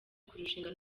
kurushinga